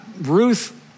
Ruth